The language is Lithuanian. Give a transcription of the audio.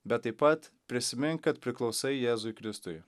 bet taip pat prisimink kad priklausai jėzui kristui